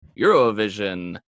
Eurovision